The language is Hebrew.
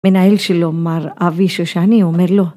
‫מנהל שלו, מר אבי שושני, אומר לו,